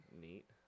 neat